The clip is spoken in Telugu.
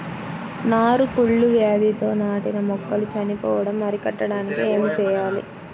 నారు కుళ్ళు వ్యాధితో నాటిన మొక్కలు చనిపోవడం అరికట్టడానికి ఏమి చేయాలి?